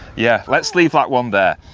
yeah, lets leave that one there.